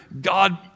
God